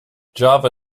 java